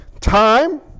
time